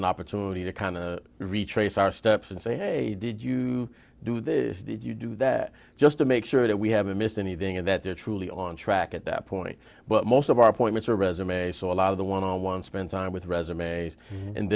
an opportunity to kind of retrace our steps and say hey did you do this did you do that just to make sure that we haven't missed anything and that they're truly on track at that point but most of our points are resumes so a lot of the one on one spend time with resumes and